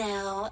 Now